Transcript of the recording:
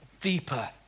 deeper